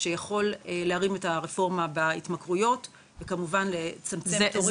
שיכול להרים את הרפורמה בהתמכרויות וכמובן לצמצם תורים בבריאות הנפש.